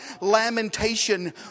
lamentation